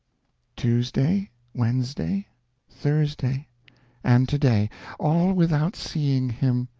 tuesday wednesday thursday and today all without seeing him.